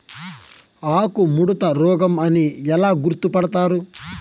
ఆకుముడత రోగం అని ఎలా గుర్తుపడతారు?